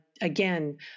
again